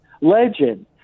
legend